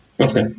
Okay